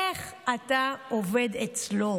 איך אתה עובד אצלו?